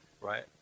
Right